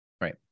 Right